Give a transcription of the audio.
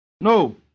No